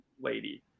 lady